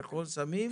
נכון שמים?